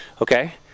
Okay